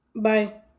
Bye